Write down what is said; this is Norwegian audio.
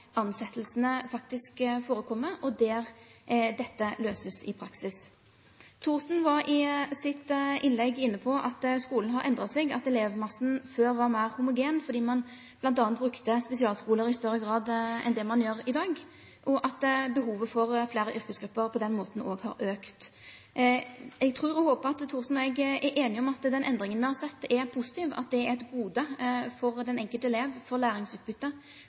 ansettelsene faktisk foregår, der dette løses i praksis. Representanten Thorsen var i sitt innlegg inne på at skolen har endret seg, at elevmassen før var mer homogen fordi man bl.a. brukte spesialskoler i større grad enn det man gjør i dag, og at behovet for flere yrkesgrupper på den måten også har økt. Jeg tror og håper at Thorsen og jeg er enige om at den endringen vi har sett, er positiv, og at det er et gode for den enkelte elev, for